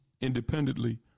independently